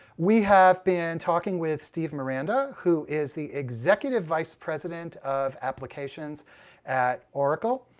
we have been talking with steve miranda, who is the executive vice president of applications at oracle.